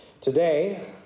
today